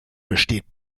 besteht